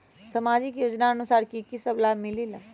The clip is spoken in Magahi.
समाजिक योजनानुसार कि कि सब लाब मिलीला?